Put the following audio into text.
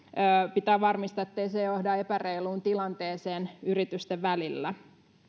pitää varmistaa ettei se johda epäreiluun tilanteeseen yritysten välillä